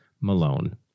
Malone